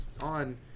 on